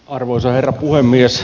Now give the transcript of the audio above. arvoisa herra puhemies